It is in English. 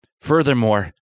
Furthermore